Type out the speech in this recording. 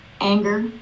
Anger